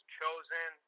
chosen